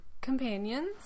companions